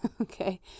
Okay